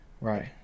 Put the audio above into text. Right